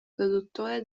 produttore